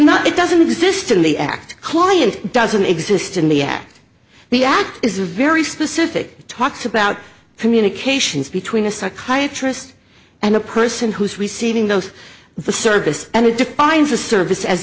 not it doesn't exist in the act client doesn't exist in the act the act is a very specific talks about communications between a psychiatrist and the person who's receiving those the service and it defines a service as